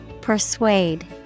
Persuade